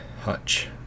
Hutch